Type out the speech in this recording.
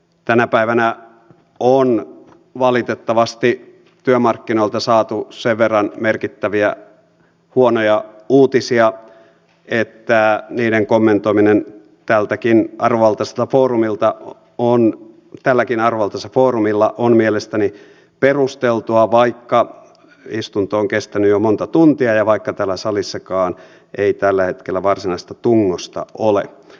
tänä päivänä on valitettavasti työmarkkinoilta saatu sen verran merkittäviä huonoja uutisia että niiden kommentoiminen tältäkin arvovaltaiselta foorumilta on mielestäni perusteltua vaikka istunto on kestänyt jo monta tuntia ja vaikka täällä salissakaan ei tällä hetkellä varsinaista tungosta ole